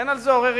אין על זה עוררין.